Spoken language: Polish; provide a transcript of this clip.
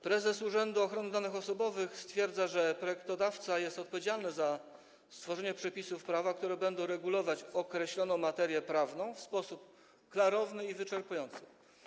Prezes Urzędu Ochrony Danych Osobowych stwierdza, że projektodawca jest odpowiedzialny za stworzenie przepisów prawa, które będą regulować określoną materię prawną w sposób klarowny i wyczerpujący.